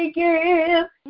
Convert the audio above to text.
give